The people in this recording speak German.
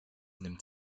nimmt